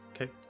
Okay